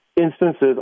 instances